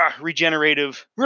regenerative